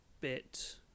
bit